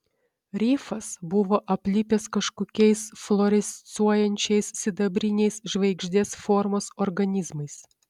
rifas buvo aplipęs kažkokiais fluorescuojančiais sidabriniais žvaigždės formos organizmais